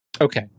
Okay